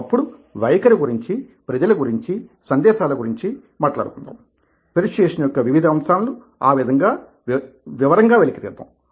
అప్పుడు వైఖరి గురించి ప్రజల గురించి సందేశాల గురించి మాట్లాడుకుందాం పెర్సుయేసన్ యొక్క వివిధ అంశాలను ఆ విధంగా వివరంగా వెలికి తీద్దాం